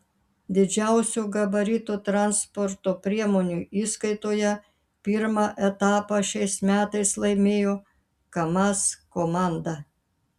didžiausių gabaritų transporto priemonių įskaitoje pirmą etapą šiais metais laimėjo kamaz komanda